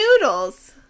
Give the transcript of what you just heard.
noodles